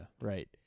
right